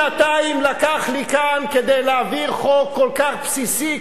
שנתיים לקח לי כאן כדי להעביר חוק כל כך בסיסי,